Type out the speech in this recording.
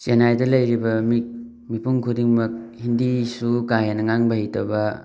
ꯆꯦꯟꯅꯥꯏꯗ ꯂꯩꯔꯤꯕ ꯃꯤ ꯃꯤꯄꯨꯝ ꯈꯨꯗꯤꯡꯃꯛ ꯍꯤꯟꯗꯤꯁꯨ ꯀꯥ ꯍꯦꯟꯅ ꯉꯥꯡꯕ ꯍꯩꯇꯕ